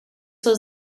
was